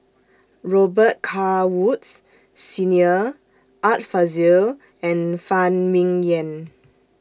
Robet Carr Woods Senior Art Fazil and Phan Ming Yen